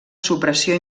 supressió